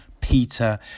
Peter